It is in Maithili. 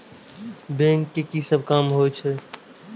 के.वाई.सी के मतलब की होई छै?